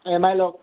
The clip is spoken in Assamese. এম আই লওক